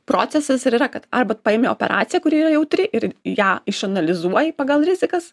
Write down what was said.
procesas ir yra kad arba paimi operaciją kuri yra jautri ir ją išanalizuoji pagal rizikas